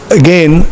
again